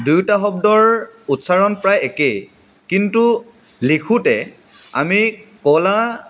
দুয়োটা শব্দৰ উচ্চাৰণ প্ৰায় একেই কিন্তু লিখোঁতে আমি ক'লা